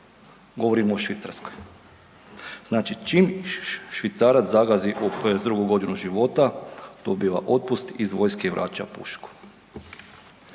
Govorim o Švicarskoj. Znači čim Švicarac zagazi u 22. godinu života dobiva otpust iz vojska i vraća pušku.